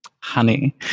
Honey